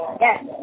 Yes